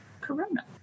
corona